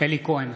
אלי כהן,